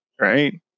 right